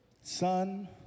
Son